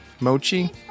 mochi